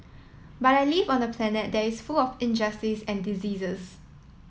but I live on a planet that is full of injustice and diseases